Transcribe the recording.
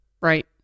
Right